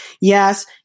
Yes